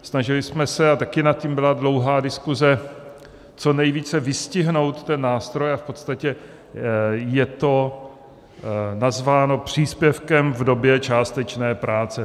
Snažili jsme se, a taky nad tím byla dlouhá diskuze, co nejvíce vystihnout ten nástroj a v podstatě je to nazváno příspěvkem v době částečné práce.